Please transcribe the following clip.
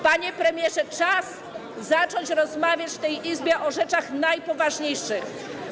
Panie premierze, czas zacząć rozmawiać w tej Izbie o rzeczach najpoważniejszych.